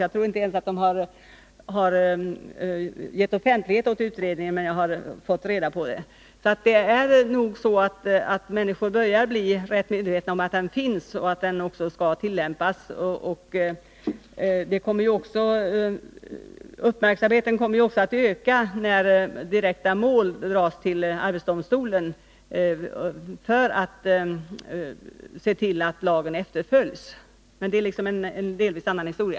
Jag tror inte att man har gett offentlighet åt utredningen ännu, men jag har fått information om resultatet. Människor börjar nog bli ganska medvetna om att lagen finns och skall tillämpas. Uppmärksamheten kommer ju också att öka, när mål dras inför arbetsdomstolen för att man skall se till att lagen efterlevs, men det är delvis en annan historia.